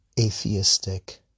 atheistic